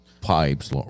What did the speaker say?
pipes